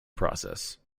process